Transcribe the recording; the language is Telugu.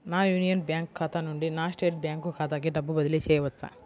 నా యూనియన్ బ్యాంక్ ఖాతా నుండి నా స్టేట్ బ్యాంకు ఖాతాకి డబ్బు బదిలి చేయవచ్చా?